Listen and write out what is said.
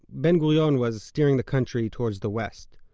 ben-gurion was steering the country towards the west,